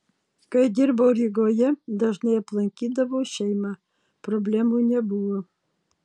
kai dirbau rygoje dažnai aplankydavau šeimą problemų nebuvo